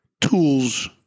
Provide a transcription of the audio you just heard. tools